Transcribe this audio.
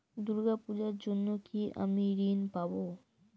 দুর্গা পুজোর জন্য কি আমি ঋণ পাবো?